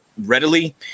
readily